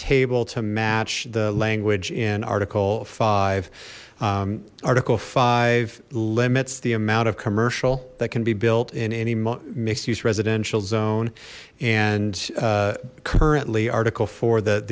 table to match the language in article five article five limits the amount of commercial that can be built in any mixed use residential zone and currently article for th